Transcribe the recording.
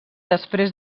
després